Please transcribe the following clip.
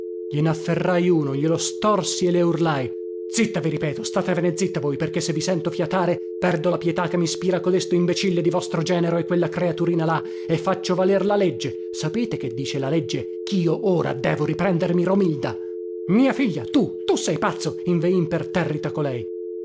levate glienafferrai uno glielo storsi e le urlai zitta vi ripeto statevene zitta voi perché se vi sento fiatare perdo la pietà che mispira codesto imbecille di vostro genero e quella creaturina là e faccio valer la legge sapete che dice la legge chio ora devo riprendermi romilda mia figlia tu tu sei pazzo inveì imperterrita colei